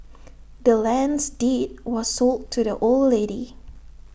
the land's deed was sold to the old lady